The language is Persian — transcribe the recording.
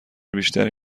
بیشتری